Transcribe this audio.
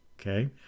Okay